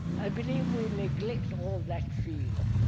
i believe we neglect all that field,